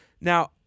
Now